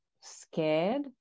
scared